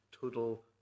total